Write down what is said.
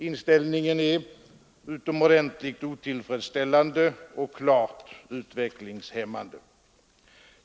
Inställningen är utomordentligt otillfredsställande och klart utvecklingshämmande.